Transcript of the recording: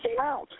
out